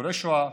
ניצולי שואה.